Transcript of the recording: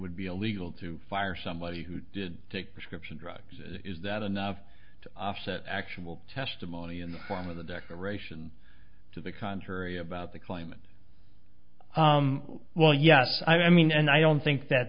would be illegal to fire somebody who did take prescription drugs is that enough to offset actual testimony in the form of the declaration to the contrary about the claimant well yes i mean and i don't think that